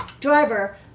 driver